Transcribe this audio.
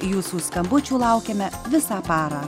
jūsų skambučių laukiame visą parą